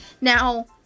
Now